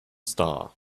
star